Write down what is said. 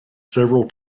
several